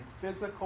physical